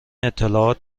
اطلاعات